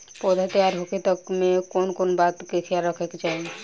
पौधा तैयार होखे तक मे कउन कउन बात के ख्याल रखे के चाही?